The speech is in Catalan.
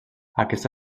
aquesta